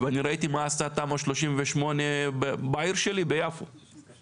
ואני ראיתי מה עשתה תמ"א 38 בעיר שלי, יפו.